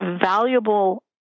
valuable